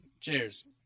Cheers